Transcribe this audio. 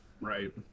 Right